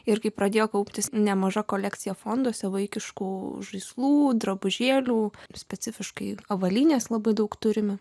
ir kai pradėjo kauptis nemaža kolekcija fonduose vaikiškų žaislų drabužėlių specifiškai avalynės labai daug turime